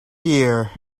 dear